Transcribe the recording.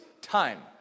time